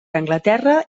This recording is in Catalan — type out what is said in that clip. anglaterra